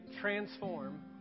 transform